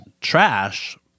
trash